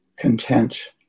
content